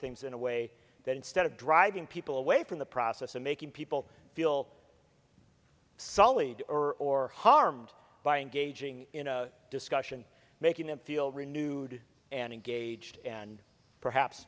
things in a way that instead of driving people away from the process of making people feel sullied or harmed by engaging in a discussion making them feel renewed and engaged and perhaps